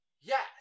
yes